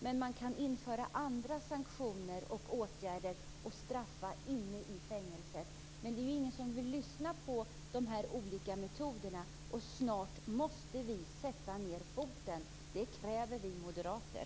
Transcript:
Man kan också införa andra sanktioner och åtgärder och straffa inne i fängelset. Men det är ingen som vill lyssna på dem som talar om de olika metoderna. Snart måste vi sätta ned foten. Det kräver vi moderater.